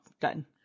done